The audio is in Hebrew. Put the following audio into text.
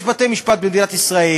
יש בתי-משפט במדינת ישראל.